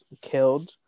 killed